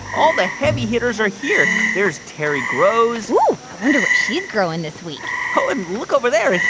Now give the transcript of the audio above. all the heavy hitters are here. there's terry grows oh, i wonder what she's growing this week oh, and look over there.